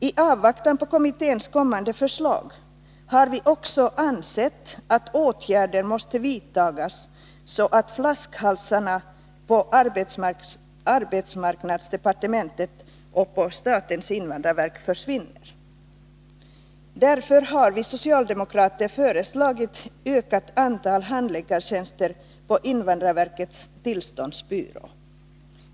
I avvaktan på kommitténs kommande förslag har vi också ansett att åtgärder måste vidtas, så att flaskhalsarna försvinner på arbetsmarknadsdepartementet och på invandrarverket. Därför har vi socialdemokrater föreslagit ett ökat antal handläggartjänster på invandrarverkets tillståndsbyrå.